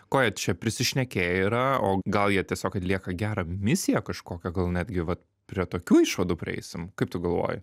ko jie čia prisišnekėję yra o gal jie tiesiog atlieka gerą misiją kažkokią gal netgi va prie tokių išvadų prieisim kaip tu galvoji